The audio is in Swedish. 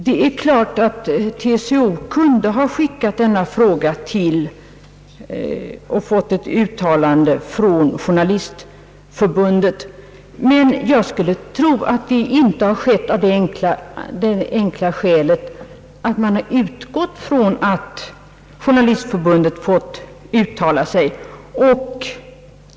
Det är klart att TCO kunde ha skickat ärendet till och fått ett uttalande från Journalistförbundet, men jag skulle tro att detta inte skett av den enkla orsaken att TCO utgått från att Journalistförbundet givits tillfälle yttra sig.